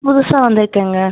புதுசாக வந்திருக்கேங்க